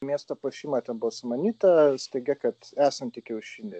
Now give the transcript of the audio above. miesto puošimą ten buvo sumanyta teigia kad esantį kiaušinį